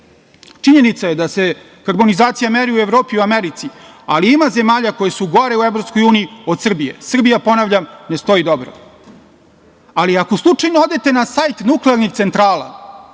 Činjenica je da se karbonizacija meri u Evropi i Americi, ali ima zemalja koje su gore u EU od Srbije. Srbija, ponavljam ne stoji dobro, ali ako slučajno odete na sajt nuklearnih centrala